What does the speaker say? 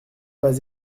pas